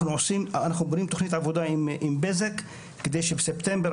אנחנו בונים תוכנית עבודה עם בזק כדי שבספטמבר